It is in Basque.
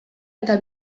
eta